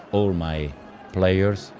all my players,